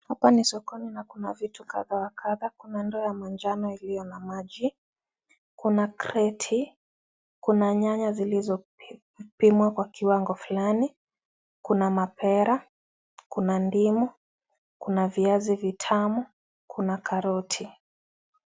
Hapa ni sokoni na Kuna vitu kadha wa kadha. Kuna ndoo ya manjano iliyo na maji , Kuna kreti, Kuna nyanya zililzo pimwa kwa kiwango Fulani , Kuna mapera Kuna ndimu kuna viazi vitamu na Kuna karoti.